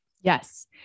Yes